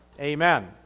Amen